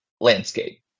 landscape